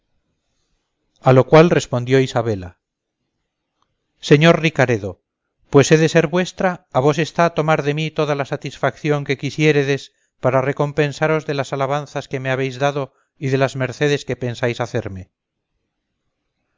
a lo cual respondió isabela señor ricaredo pues he de ser vuestra a vos está tomar de mí toda la satisfacción que quisiéredes para recompensaros de las alabanzas que me habéis dado y de las mercedes que pensáis hacerme